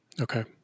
Okay